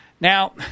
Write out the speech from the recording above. Now